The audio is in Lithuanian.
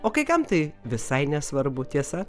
o kai kam tai visai nesvarbu tiesa